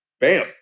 Bam